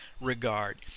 regard